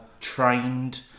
trained